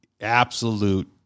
Absolute